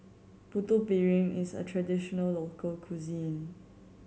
Putu Piring is a traditional local cuisine